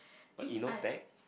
but you know tech